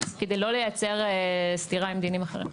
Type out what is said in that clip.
כדי לא לייצר סתירה עם דינים אחרים.